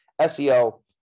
SEO